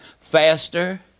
faster